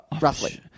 Roughly